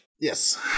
Yes